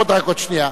תעמוד רק עוד שנייה.